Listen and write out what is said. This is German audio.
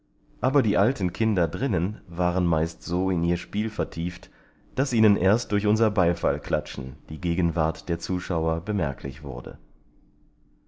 aber die alten kinder drinnen waren meist so in ihr spiel vertieft daß ihnen erst durch unser beifallklatschen die gegenwart der zuschauer bemerklich wurde